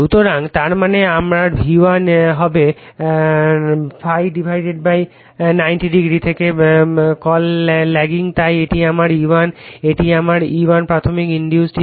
সুতরাং তার মানে আমার V1 হবে ∅ 90 o থেকে কল ল্যাগিং তাই এটি আমার E1 এটি আমার E1 প্রাথমিক ইনডিউসড emf